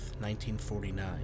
1949